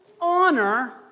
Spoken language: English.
Honor